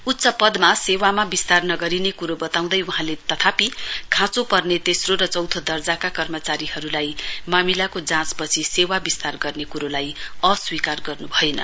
उच्च पदमा सेवामा विस्तार नगरिने कुरो बताउँदै वहाँले तथापि खाँचो पर्ने तेस्रो र चौंथो दर्जाका कर्मचारीहरू मामिलाको जाँचपछि सेवा विस्तार गर्ने कुरोलाई अस्वीकार गर्नुभएन